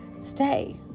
stay